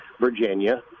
Virginia